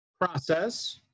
process